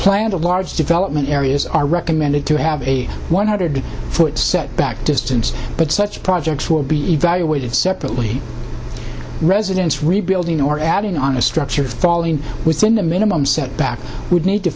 into large development areas are recommended to have a one hundred foot setback distance but such projects will be evaluated separately residence rebuilding or adding on a structure falling within a minimum set back would need to